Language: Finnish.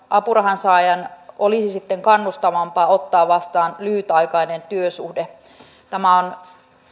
apurahan saajan olisi sitten kannustavampaa ottaa vastaan lyhytaikainen työsuhde tämä on